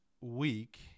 week